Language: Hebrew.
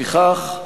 לפיכך,